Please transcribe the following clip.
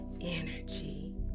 energy